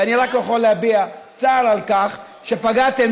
ואני רק יכול להביע צער על כך שפגעתם